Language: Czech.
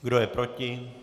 Kdo je proti?